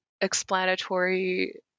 explanatory